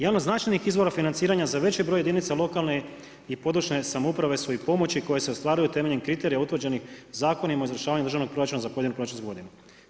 Jedan od značajnih izvora financiranja za veći broj jedinica lokalne i područne samouprave su i pomoći koje se ostvaraju temeljem kriterija utvrđenih Zakonima o izvršavanju državnog proračuna za pojedinu proračunsku godinu.